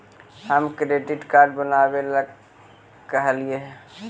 हम credit card बनावे ला कहलिऐ हे?